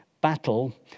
battle